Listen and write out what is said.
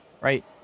right